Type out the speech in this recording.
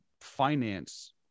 finance